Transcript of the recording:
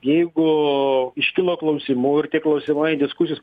jeigu iškilo klausimų ir tie klausimai diskusijos